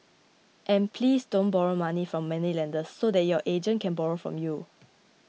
and please don't borrow money from moneylenders so that your agent can borrow from you